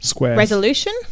resolution